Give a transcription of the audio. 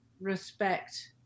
respect